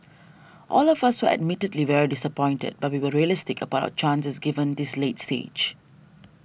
all of us were admittedly very disappointed but we were realistic about our chances given this late stage